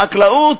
בחקלאות,